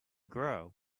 grow